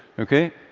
okay?